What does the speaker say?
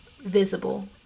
visible